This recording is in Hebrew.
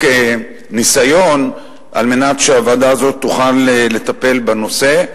ניסיון על מנת שהוועדה הזאת תוכל לטפל בנושא.